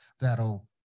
that'll